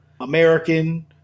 American